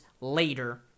later